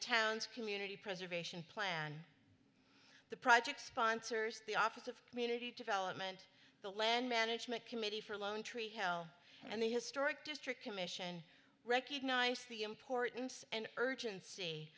town's community preservation plan the project sponsors the office of community development the land management committee for loan tree hell and the historic district commission recognize the importance and urgency